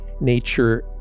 nature